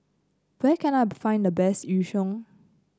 where can I find the best Yu Sheng